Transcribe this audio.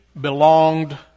belonged